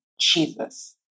Jesus